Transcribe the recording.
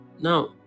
Now